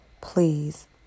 please